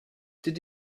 did